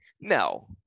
no